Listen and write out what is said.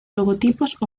logotipos